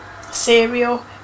cereal